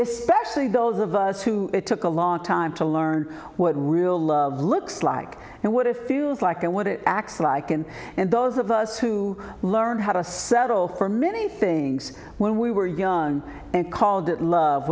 especially those of us who took a long time to learn what real love looks like and what if feels like and what it acts like and and those of us who learned how to settle for many things when we were young and call